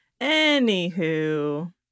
anywho